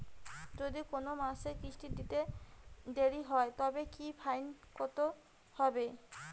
যদি কোন মাসে কিস্তি দিতে দেরি হয় তবে কি ফাইন কতহবে?